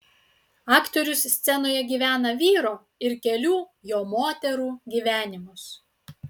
aktorius scenoje gyvena vyro ir kelių jo moterų gyvenimus